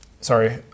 Sorry